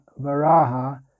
Varaha